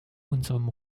unserem